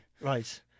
Right